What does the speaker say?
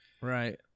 right